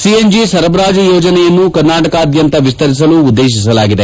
C N G ಸರಬರಾಜು ಯೋಜನೆಯನ್ನು ಕರ್ನಾಟಕದಾದ್ಯಂತ ವಿಸ್ತರಿಸಲು ಉದ್ದೇತಿಸಲಾಗಿದೆ